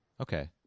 Okay